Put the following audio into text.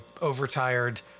overtired